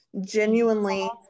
genuinely